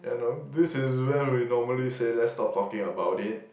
ya I know this is when we normally say let's stop talking about it